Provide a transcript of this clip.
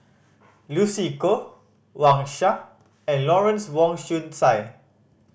Lucy Koh Wang Sha and Lawrence Wong Shyun Tsai